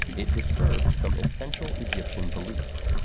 it disturbed some essential egyptian beliefs.